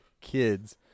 kids